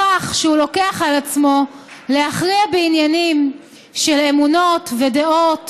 בכך שהוא לוקח על עצמו להכריע בעניינים של אמונות ודעות